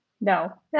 No